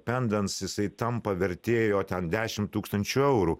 pendans jisai tampa vertė jo ten dešim tūkstančių eurų